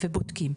ובודקים,